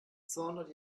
zweihundert